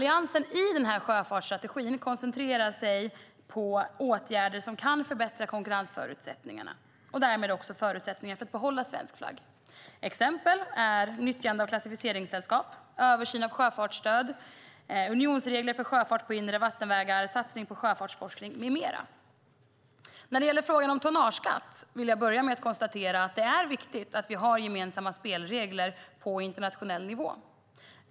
I den här sjöfartsstrategin koncentrerar sig Alliansen på åtgärder som kan förbättra konkurrensförutsättningarna och därmed förutsättningarna för att behålla svensk flagg. Exempel är nyttjande av klassificeringssällskap, översyn av sjöfartsstöd, unionsregler för sjöfart på inre vattenvägar, satsning på sjöfartsforskning med mera. När det gäller frågan om tonnageskatten vill jag konstatera att det är viktigt att vi har gemensamma spelregler på internationell nivå.